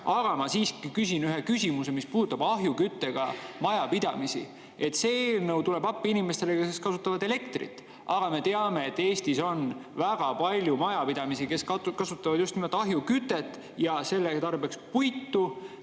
ma siiski küsin ühe küsimuse, mis puudutab ahjuküttega majapidamisi. See eelnõu tuleb appi inimestele, kes kasutavad elektrit, aga me teame, et Eestis on väga palju majapidamisi, kus kasutatakse just nimelt ahjukütet ja selle tarbeks puitu.